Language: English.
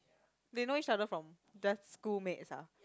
they know each other from best schoolmates ah